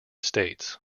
states